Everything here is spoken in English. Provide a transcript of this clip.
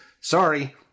Sorry